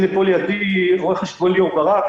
לידי יושב רואה חשבון ליאור ברק,